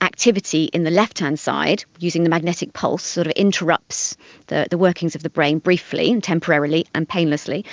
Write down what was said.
activity in the left-hand side using the magnetic pulse, it sort of interrupts the the workings of the brain briefly and temporarily and painlessly.